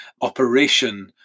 operation